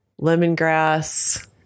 lemongrass